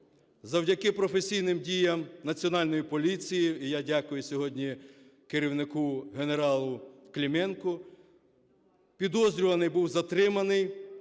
Завдяки професійним діям Національної поліції - і я дякую сьогодні керівнику генералу Клименку, - підозрюваний був затриманий.